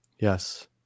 Yes